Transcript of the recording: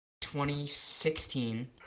2016